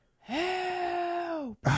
help